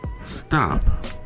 stop